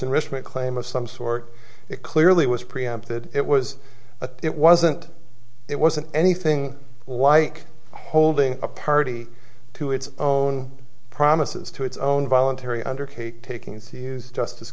enrichment claim of some sort it clearly was preempted it was a it wasn't it wasn't anything like holding a party to its own promises to its own voluntary under cake taking its use just